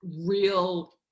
real